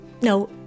No